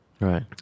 Right